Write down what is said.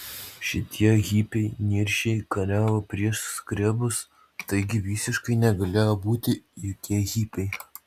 šitie hipiai niršiai kariavo prieš skrebus taigi visiškai negalėjo būti jokie hipiai